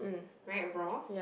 right raw